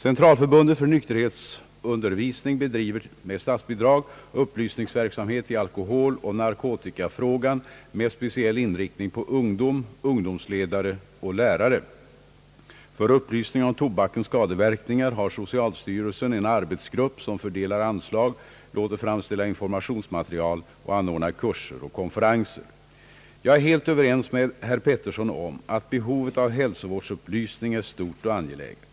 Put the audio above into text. Centralförbundet för nykterhetsundervisning bedriver med statsbidrag upplysningsverksamhet i alkoholoch narkotikafrågan med speciell inriktning på ungdom, ungdomsledare och lärare. För upplysning om tobakens skadeverkningar har socialstyrelsen en arbetsgrupp, som fördelar anslag, låter framställa informationsmaterial och anordnar kurser och konferenser. Jag är helt överens med herr Pettersson om att behovet av hälsovårdsupplysning är stort och angeläget.